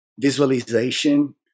visualization